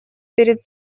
перед